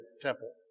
temple